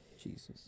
Jesus